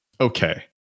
Okay